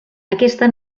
aquesta